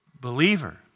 believer